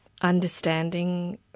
understanding